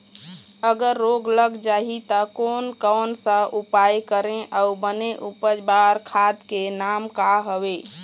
अगर रोग लग जाही ता कोन कौन सा उपाय करें अउ बने उपज बार खाद के नाम का हवे?